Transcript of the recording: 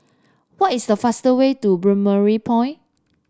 what is the faster way to Balmoral Point